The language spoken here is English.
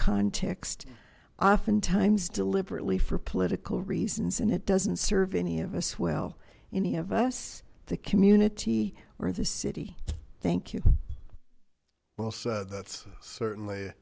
context oftentimes deliberately for political reasons and it doesn't serve any of us well any of us the community where the city thank you that's certainly